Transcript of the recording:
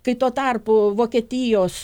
kai tuo tarpu vokietijos